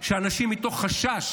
שאנשים מתוך חשש